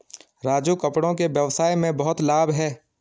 राजू कपड़ों के व्यवसाय में बहुत लाभ है